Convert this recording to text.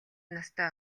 настай